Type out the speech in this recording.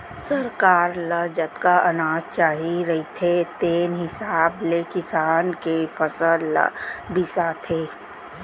सरकार ल जतका अनाज चाही रहिथे तेन हिसाब ले किसान के फसल ल बिसाथे